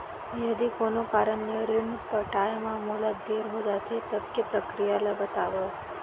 यदि कोनो कारन ले ऋण पटाय मा मोला देर हो जाथे, तब के प्रक्रिया ला बतावव